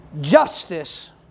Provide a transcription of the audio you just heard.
justice